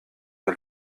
der